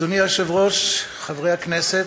אדוני היושב-ראש, חברי הכנסת,